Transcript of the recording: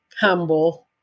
humble